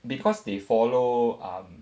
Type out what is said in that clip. because they follow um